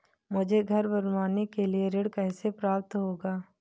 मुझे घर बनवाने के लिए ऋण कैसे प्राप्त होगा?